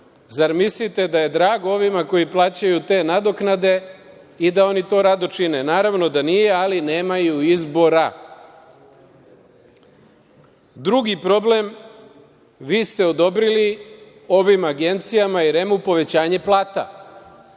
Zar mislite da je drago ovima koji plaćaju te nadoknade i da oni to rado čine? Naravno da nije, ali nemaju izbora. Drugi problem, vi ste odobrili ovim agencijama i REM-u povećanje plata.